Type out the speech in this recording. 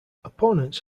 opponents